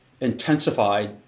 intensified